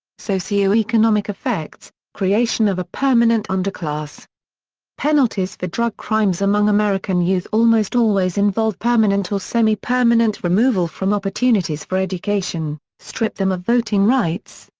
socio-economic effects creation of a permanent underclass penalties for drug crimes among american youth almost always involve permanent or semi-permanent removal from opportunities for education, strip them of voting rights,